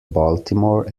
baltimore